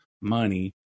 money